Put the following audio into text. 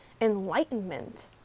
enlightenment